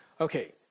Okay